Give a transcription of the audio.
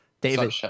David